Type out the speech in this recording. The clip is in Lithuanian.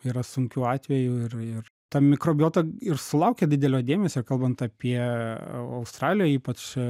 yra sunkių atvejų ir ir ta mikrobiota ir sulaukia didelio dėmesio kalbant apie australijoj ypač